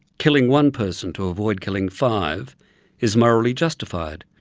killing one person to avoid killing five is morally justified,